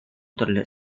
terlihat